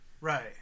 Right